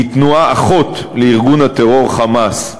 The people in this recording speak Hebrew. הוא תנועה אחות לארגון הטרור "חמאס",